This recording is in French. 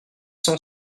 sans